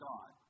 God